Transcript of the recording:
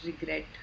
regret